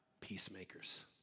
peacemakers